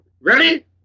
Ready